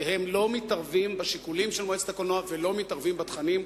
שהם לא מתערבים בשיקולים של מועצת הקולנוע ולא מתערבים בתכנים,